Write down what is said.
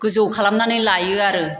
गोजौ खालामनानै लायो आरो